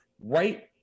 right